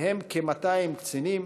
ובהם כ-200 קצינים,